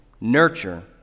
nurture